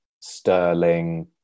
Sterling